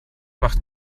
macht